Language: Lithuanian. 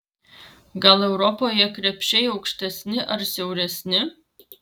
gal europoje krepšiai aukštesni ar siauresni